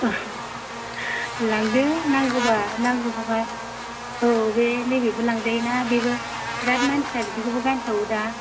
लांदो नांगौबा नांगौबा औ बे नैबेबो लांजायोना बेबो बिराद मानसिया बिदिखौबो गानसावयो दा